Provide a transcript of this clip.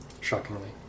Shockingly